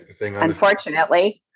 Unfortunately